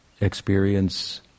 experience